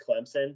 Clemson